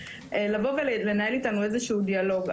לבוא ולנהל איתנו איזשהו דיאלוג.